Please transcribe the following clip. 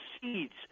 seeds